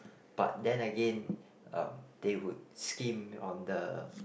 but then again um they would skimp on the